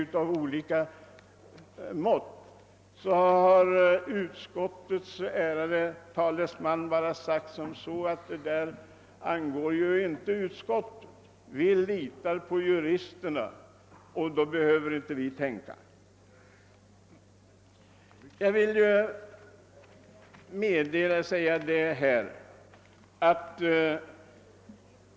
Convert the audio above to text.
Då har emellertid utskottets talesmän sagt: Det angår ju inte utskottet. Vi litar på juristerna; då behöver vi inte tänka.